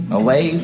away